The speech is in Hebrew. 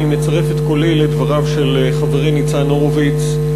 אני מצרף את קולי לדבריו של חברי ניצן הורוביץ.